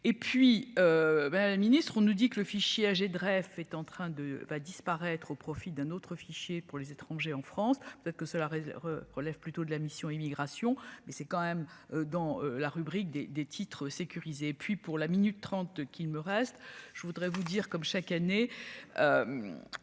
et puis bah la ministre, on nous dit que le fichier âgé de rêve est en train de va disparaître au profit d'un autre fichier pour les étrangers en France, peut-être que cela relève plutôt de la mission Immigration, mais c'est quand même dans la rubrique des des titres sécurisés et puis pour la minute trente qu'il me reste, je voudrais vous dire comme chaque année,